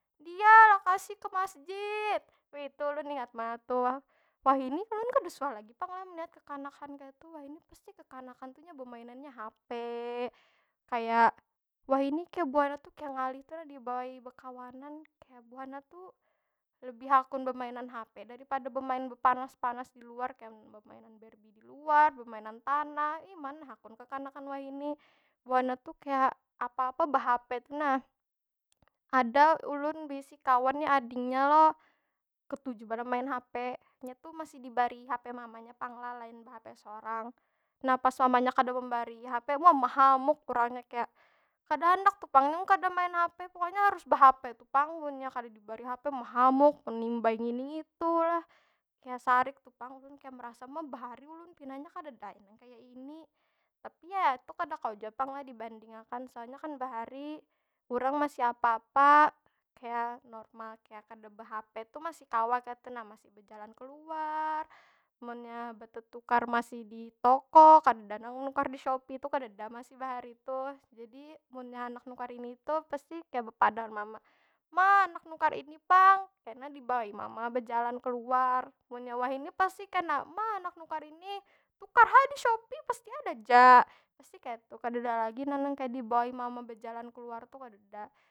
Diyah lakasi ke masjid! Wih itu ulun ingat banar tuh. Wah- wahini ulun kada suah lagi pang lah melihat kekanakan kaytu. Wahini pasti kekanakan tu nya bemainannya hape. Kaya wahini buhannya tu kaya ngalih tu nah dibawai bekawanan. Kaya buhannya tu lebih hakun bemainan hape daripada bemainan bepanas- panas di luar. Kaya mun bemainan berbi di luar, bemainan tanah, ih mana hakun kekanakan whaini. Buhannya tu kaya apa- apa behape tu nah. Ada ulun beisi kawan ni adingnya lo, ketuju banar main hape. Nya tu masih dibarii hape mamanya pang lah, lain behape sorang. Nah pas mamanya kada membarii hape, ma mehamuk urangnya. Kaya, kada handak tu pang ulun kada main hape. Pokonya harus behape tu pang, munnya kada dibari hape mehamuk, menimbay ngini ngitu lah. Kaya sarik tu pang. Ulun merasa kaya bahari ulun pinanya kadada ai nang kaya ini. Tapi ya itu kada kawa jua pang lah dibanding akan. Soalnya kan bahari urang masih apa- apa kaya normal, kaya kada behape tu masih kawa kaytu nah. Masih bejalan keluar, munnya betetukar masih di toko. Kadeda nang menukar di shopee tu kadeda masih bahari tuh. Jadi, munya handak nukar ini itu pasti kaya bepada lawan mama. Ma handak nukar ini pang! Kena dibawai mama bejalan keluar. Munnya wahini pasti kena, ma handak nukar ini! Tukar ja di shopee pasti ada aja. Pasti kaytu, kadeda lagi kaya nang dibawai mama bejalna keluar tu kadeda.